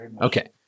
Okay